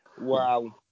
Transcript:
Wow